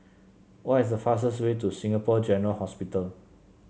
what is the fastest way to Singapore General Hospital